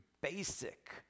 basic